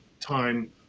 time